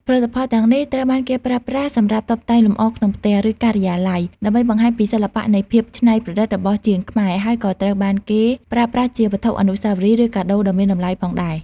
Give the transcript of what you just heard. ផលិតផលទាំងនេះត្រូវបានគេប្រើប្រាស់សម្រាប់តុបតែងលម្អក្នុងផ្ទះ ឬការិយាល័យ ដើម្បីបង្ហាញពីសិល្បៈនិងភាពច្នៃប្រឌិតរបស់ជាងខ្មែរ ហើយក៏ត្រូវបានគេប្រើប្រាស់ជាវត្ថុអនុស្សាវរីយ៍ ឬកាដូដ៏មានតម្លៃផងដែរ។